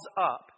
up